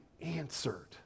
answered